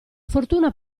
fortuna